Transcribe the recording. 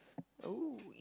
oh